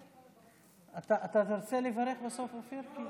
אתה רוצה לברך בסוף, אופיר?